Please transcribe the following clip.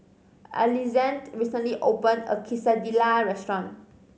Alexande recently opened a new Quesadillas restaurant